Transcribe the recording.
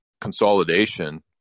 consolidation